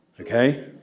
okay